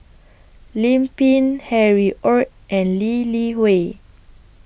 Lim Pin Harry ORD and Lee Li Hui